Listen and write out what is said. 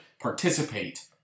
participate